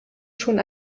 schon